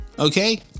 Okay